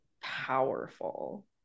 powerful